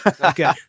okay